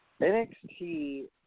NXT